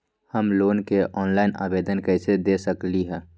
हम लोन के ऑनलाइन आवेदन कईसे दे सकलई ह?